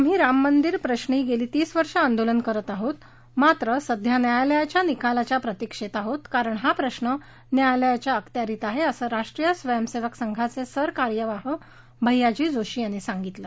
आम्ही राममंदिर प्रश्नी गेली तीस वर्ष आंदोलन करत आहोत मात्र सध्या न्यायालयाच्या निकालाच्या प्रतिक्षेत आहोत कारण हा प्रश्न न्यायालयाच्या अखत्यारित आहे असं राष्ट्रीय स्वयंसेवक संघाचे सरकार्यवाह भैय्याजी जोशी यांनी सांगितलं